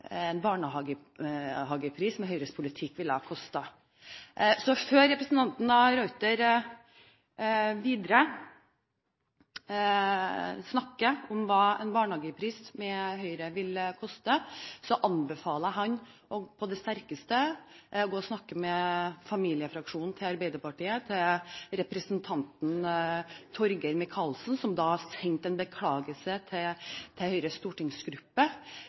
ha kostet med Høyres politikk. Før representanten de Ruiter snakker videre om hva en barnehageplass vil koste med Høyre, anbefaler jeg ham på det sterkeste å gå og snakke med familiefraksjonen til Arbeiderpartiet og med representanten Torgeir Micaelsen, som sendte en beklagelse til Høyres stortingsgruppe,